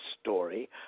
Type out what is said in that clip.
story